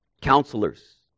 counselors